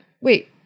wait